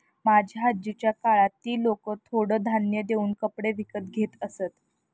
माझ्या आजीच्या काळात ती लोकं थोडं धान्य देऊन कपडे विकत घेत असत